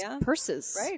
purses